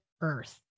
Earth